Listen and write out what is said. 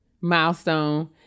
milestone